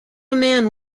man